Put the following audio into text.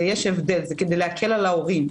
זה כדי להקל על ההורים.